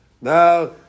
now